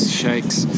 shakes